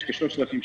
יש כ-3,600,